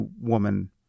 woman